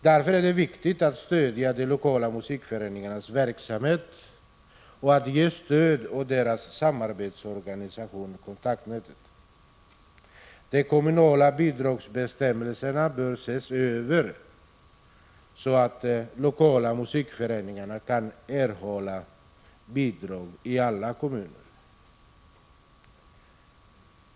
Därför är det viktigt att stödja de lokala musikföreningarnas verksamhet och att ge stöd åt deras samarbetsorganisation, Kontaktnätet. De kommunala bidragsbestämmelserna bör ses över, så att lokala musikföreningar kan erhålla bidrag i alla kommuner.